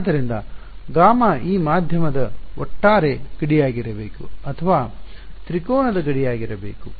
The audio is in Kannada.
ಆದ್ದರಿಂದ ಗಾಮಾ ಈ ಮಾಧ್ಯಮದ ಒಟ್ಟಾರೆ ಗಡಿಯಾಗಿರಬೇಕು ಅಥವಾ ತ್ರಿಕೋನದ ಗಡಿಯಾಗಿರಬೇಕು